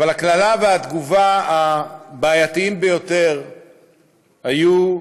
אבל הקללה והתגובה הבעייתית ביותר הייתה: